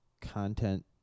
content